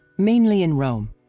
mainly in rome.